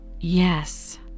Yes